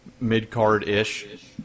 mid-card-ish